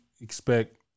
expect